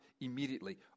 immediately